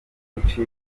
benshi